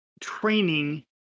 training